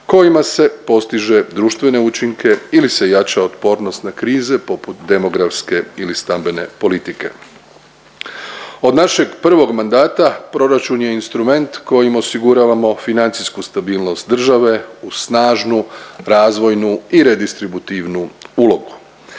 kojima se postiže društvene učinke ili se jača otpornost na krize poput demografske ili stambene politike. Od našeg prvog mandata proračun je instrument kojim osiguravamo financijsku stabilnost države u snažnu, razvojnu i redistributivnu ulogu.